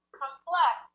complex